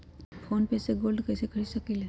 Phone पे से gold कईसे खरीद सकीले?